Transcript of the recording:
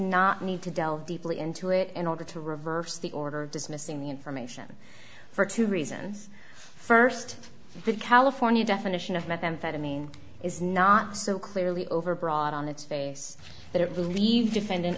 not need to delve deeply into it in order to reverse the order of dismissing the information for two reasons st the california definition of methamphetamine is not so clearly over broad on its face that it believes defend